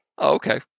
Okay